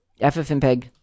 FFmpeg